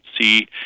see